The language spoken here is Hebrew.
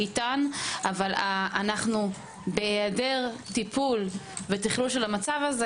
אבל בהיעדר טיפול ותכלול של המצב הזה